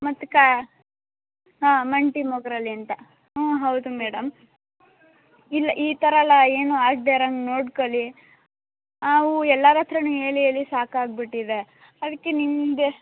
ಮತ್ತು ಕ ಹಾಂ ಮಂಟಿ ಮೊಗರಹಳ್ಳಿ ಅಂತ ಹ್ಞೂ ಹೌದು ಮೇಡಮ್ ಇಲ್ಲ ಈ ಥರ ಎಲ್ಲ ಏನು ಆಗದೇ ಇರೋ ಹಂಗ್ ನೋಡ್ಕೊಳಿ ನಾವು ಎಲ್ಲಾರು ಹತ್ರಾ ಹೇಳಿ ಹೇಳಿ ಸಾಕಾಗಿಬಿಟ್ಟಿದೆ ಅದ್ಕೆ ನಿಮಗೆ